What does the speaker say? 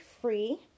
free